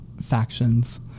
factions